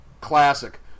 classic